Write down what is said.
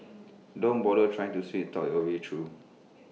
don't bother trying to sweet talk your way through